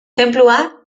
tenplua